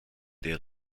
der